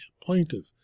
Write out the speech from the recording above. plaintiff